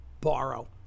borrow